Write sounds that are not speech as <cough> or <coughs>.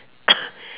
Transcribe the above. <coughs>